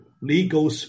legal